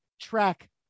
track